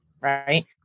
right